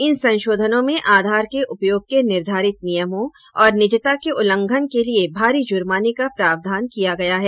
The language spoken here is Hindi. इन संशोधनों में आधार के उपयोग के निर्धारित नियमों और निजता के उल्लंघन के लिए भारी जुर्माने का प्रावधान किया गया है